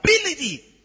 ability